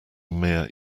mere